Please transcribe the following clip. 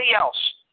else